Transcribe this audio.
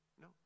no